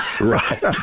right